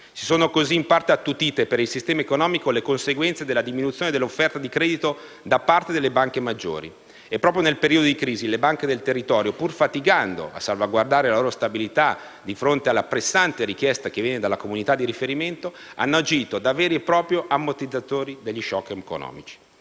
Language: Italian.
Si sono così in parte attutite per il sistema economico le conseguenze della diminuzione dell'offerta di credito da parte delle banche maggiori. Proprio nel periodo di crisi, le banche del territorio, pur faticando a salvaguardare la loro stabilità di fronte alla pressante richiesta che viene dalle comunità di riferimento, hanno agito da veri e propri ammortizzatori degli *shock* economici.